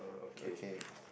okay